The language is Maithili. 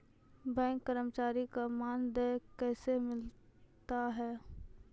बैंक कर्मचारी का मानदेय कैसे मिलता हैं?